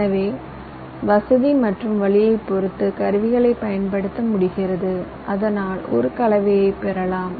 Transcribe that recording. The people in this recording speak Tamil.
எனவே வசதி மற்றும் வழியைப் பொறுத்து கருவிகளைப் பயன்படுத்த முடிகிறது அதனால் ஒரு கலவையைப் பெறலாம்